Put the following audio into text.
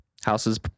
houses